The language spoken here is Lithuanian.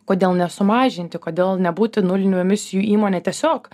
kodėl nesumažinti kodėl nebūti nulinių emisijų įmone tiesiog